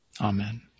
Amen